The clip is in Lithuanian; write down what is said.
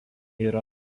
yra